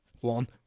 one